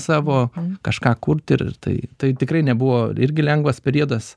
savo kažką kurti ir tai tai tikrai nebuvo irgi lengvas periodas